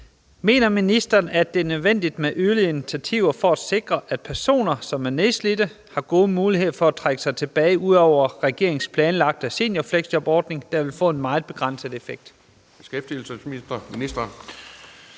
Mener ministeren, at det er nødvendigt med yderligere initiativer for at sikre, at personer, som er nedslidte, har gode muligheder for at trække sig tilbage, ud over regeringens planlagte seniorfleksjobordning, der vil få en meget begrænset effekt? Anden næstformand